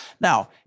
Now